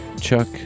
Chuck